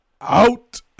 out